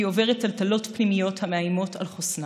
היא עוברת טלטלות פנימיות המאיימות על חוסנה.